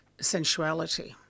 sensuality